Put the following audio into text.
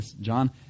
John